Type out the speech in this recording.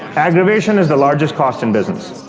aggravation is the largest cost in business.